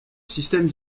système